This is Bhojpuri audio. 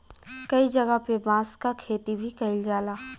कई जगह पे बांस क खेती भी कईल जाला